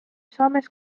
soomes